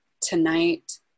tonight